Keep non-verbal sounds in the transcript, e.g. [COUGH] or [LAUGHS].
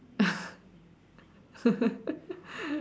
[LAUGHS]